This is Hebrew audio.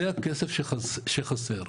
זה הכסף שחסר.